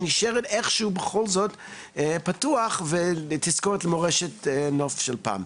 שנשארת איכשהו בכל זאת פתוח ולהשאיר את זה כתזכורת למורשת נוף של פעם.